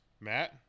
matt